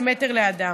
זה מטר לאדם,